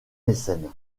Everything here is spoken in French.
mécène